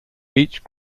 each